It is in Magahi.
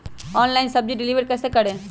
ऑनलाइन सब्जी डिलीवर कैसे करें?